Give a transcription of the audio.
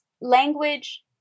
language